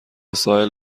ساحل